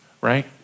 right